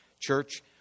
church